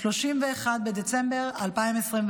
31 בדצמבר 2024,